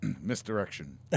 Misdirection